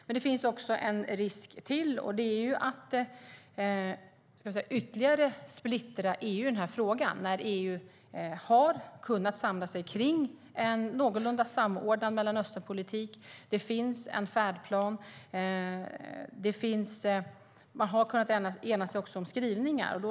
Men det finns även en annan risk, och det är att EU ytterligare splittras i denna fråga när EU har kunnat samla sig kring en någorlunda samordnad Mellanösternpolitik. Det finns en färdplan, och man har också kunnat enas om skrivningar.